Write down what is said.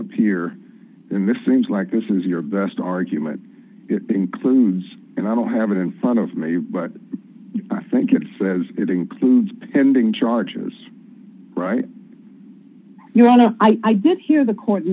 appear in this seems like this is your best argument includes and i don't have it in front of me but i think it says it includes pending charges right i did hear the court